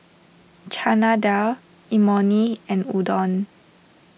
Chana Dal Imoni and Udon